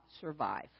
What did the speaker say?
survive